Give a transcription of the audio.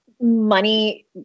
money